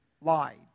lied